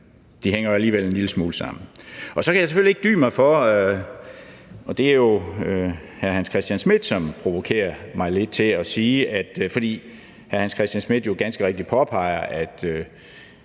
det hænger alligevel en lille smule sammen. Så kan jeg selvfølgelig ikke dy mig at sige, at hr. Hans Christian Schmidt jo provokerer mig lidt, fordi han jo ganske rigtigt påpeger, at